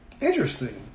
Interesting